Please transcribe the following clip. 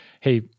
Hey